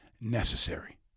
necessary